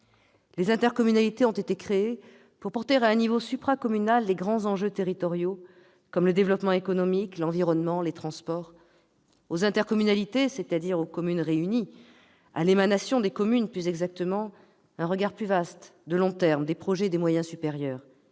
Les intercommunalités ont été créées pour aborder à un niveau supracommunal les grands enjeux territoriaux, comme le développement économique, l'environnement, les transports. Aux intercommunalités, c'est-à-dire aux communes réunies, à l'émanation des communes plus exactement, un regard plus large, de long terme, des projets et des moyens supérieurs